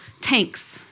tanks